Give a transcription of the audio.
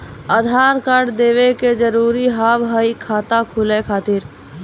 आधार कार्ड देवे के जरूरी हाव हई खाता खुलाए खातिर?